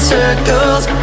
circles